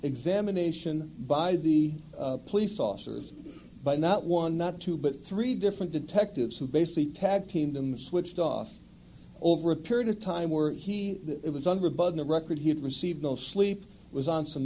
examination by the police officers by not one not two but three different detectives who basically tag team them switched off over a period of time were he was under above the record he had received no sleep was on some